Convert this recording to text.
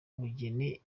bugeni